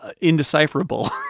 indecipherable